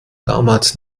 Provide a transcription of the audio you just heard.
damals